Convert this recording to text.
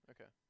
Okay